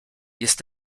jest